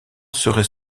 serait